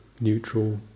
neutral